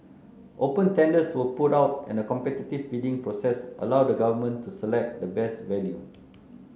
open tenders were put out and a competitive bidding process allowed the Government to select the best value